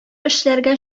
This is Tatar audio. эшләргә